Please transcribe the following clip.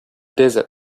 desert